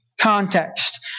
context